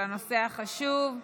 על הנושא החשוב.